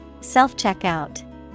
Self-checkout